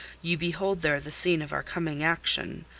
you behold there the scene of our coming action.